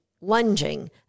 lunging